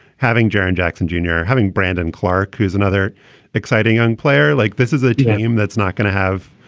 having jaren jackson junior, having brandon clarke, who's another exciting young player like this, is a team that's not going to have.